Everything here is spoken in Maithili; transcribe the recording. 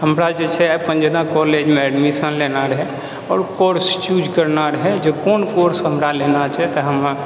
हमरा जे छै जेना अपन अपन कॉलेजमे एडमिशन लेना रहै आओर कोर्स चूज करने रहै कोन कोर्स हमरा लेना छै तऽ हम